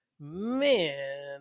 man